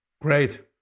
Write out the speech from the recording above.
Great